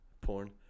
porn